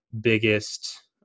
biggest